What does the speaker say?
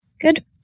Good